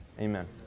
Amen